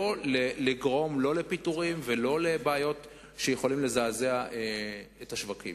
לא לגרום לפיטורים ולבעיות שיכולים לזעזע את השווקים.